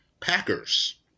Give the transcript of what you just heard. Packers